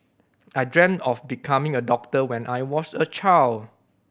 I dreamt of becoming a doctor when I was a child